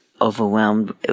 overwhelmed